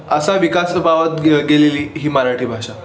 असा विकास पावत गे गेलेली ही मराठी भाषा